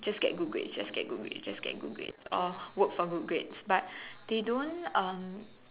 just get good grades just get good grades just get good grades or work for good grades but they don't um